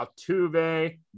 Altuve